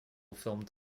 filmed